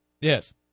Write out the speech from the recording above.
Yes